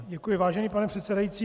Děkuji, vážený pane předsedající.